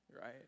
Right